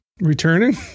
Returning